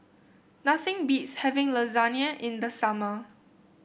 nothing beats having Lasagna in the summer